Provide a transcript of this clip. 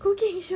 cooking show